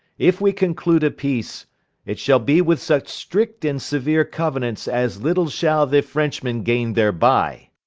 if we conclude a peace it shall be with such strict and seuere couenants, as little shall the frenchmen gaine thereby.